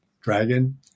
dragon